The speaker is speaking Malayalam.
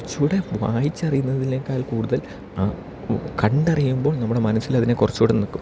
കുറച്ചൂടെ വായിച്ചറിയുന്നതിനേക്കാൽ കൂടുതൽ കണ്ടറിയുമ്പോൾ നമ്മുടെ മനസ്സിലതിനെ കുറച്ചൂടെ നിൽക്കും